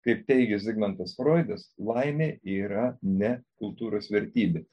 kaip teigė zigmantas froidas laimė yra ne kultūros vertybės